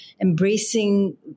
embracing